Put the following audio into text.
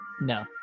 No